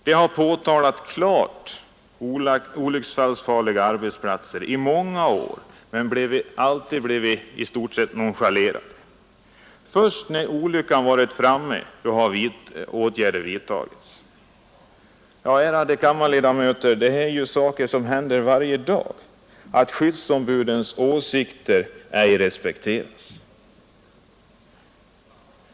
De har påtalat klart olycksfallsfarliga arbetsplatser i många år men alltid blivit i stort sett nonchalerade. Först när olyckan varit framme har åtgärder vidtagits. Ja, ärade kammarledamöter, det händer varje dag att skyddsombudens åsikter ej respekteras.